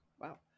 Wow